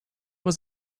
was